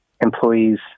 employees